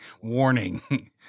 warning